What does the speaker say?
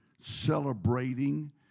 celebrating